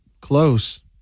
Close